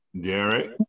Derek